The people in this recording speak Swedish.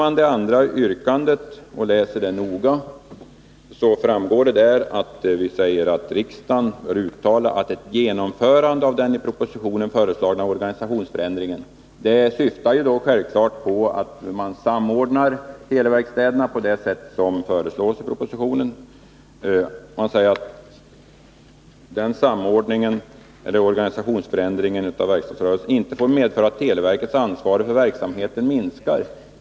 I det andra motionsyrkandet säger vi att riksdagen bör uttala att ett genomförande av den i propositionen föreslagna organisationsförändringen av televerkets verkstadsrörelse — det syftar självfallet på att man samordnar televerkstäderna på det sätt som föreslås i propositionen — inte får medföra att televerkets ansvar för verksamheten minskar.